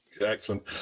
Excellent